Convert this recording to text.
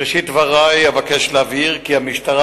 1 2. בראשית דברי אבקש להבהיר כי המשטרה